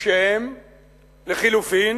כשהם לחלופין